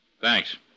Thanks